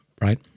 right